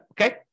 Okay